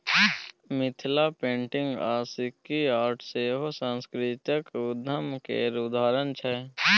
Mithila painting आ Sikki art सेहो सास्कृतिक उद्यम केर उदाहरण छै